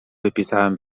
wypisałem